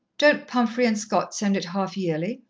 don't pumphrey and scott send it half yearly?